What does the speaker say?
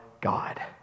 God